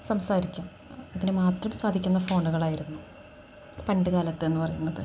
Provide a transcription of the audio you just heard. സംസാരിക്കും ഇതിന് മാത്രം സാധിക്കുന്ന ഫോണുകളായിരുന്നു പണ്ട് കാലത്തെന്ന് പറയുന്നത്